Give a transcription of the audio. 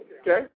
Okay